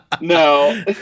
No